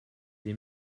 des